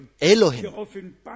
Elohim